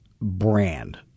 brand